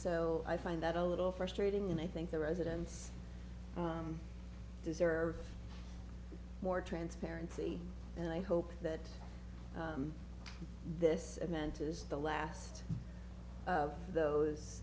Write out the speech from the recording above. so i find that a little frustrating and i think the residents deserve more transparency and i hope that this event is the last of